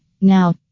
Now